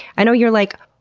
i know you're like,